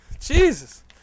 Jesus